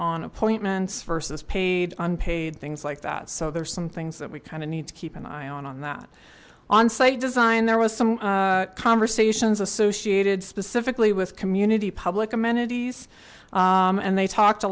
on appointments versus paid unpaid things like that so there's some things that we kind of need to keep an eye on on that on site design there was some conversations associated specifically with community public amenities and they talked a